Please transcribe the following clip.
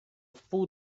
wpół